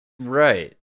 Right